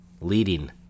leading